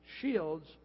shields